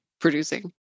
producing